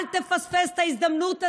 אל תפספס את ההזדמנות הזאת.